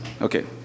okay